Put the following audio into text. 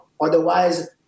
Otherwise